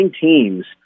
teams